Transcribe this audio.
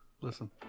Listen